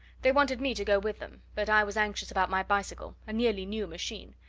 they wanted me to go with them but i was anxious about my bicycle, a nearly new machine.